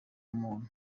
muntu